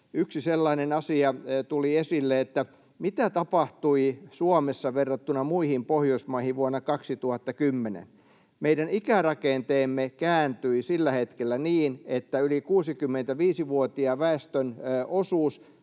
yksi sellainen asia tuli esille, että mitä tapahtui Suomessa verrattuna muihin Pohjoismaihin vuonna 2010: meidän ikärakenteemme kääntyi sillä hetkellä niin, että yli 65-vuotiaiden väestön osuus